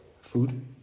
Food